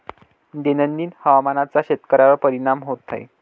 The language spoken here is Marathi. दैनंदिन हवामानाचा शेतकऱ्यांवर परिणाम होत आहे